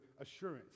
assurance